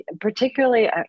particularly